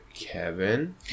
Kevin